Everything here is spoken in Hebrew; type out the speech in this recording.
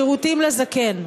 שירותים לזקן.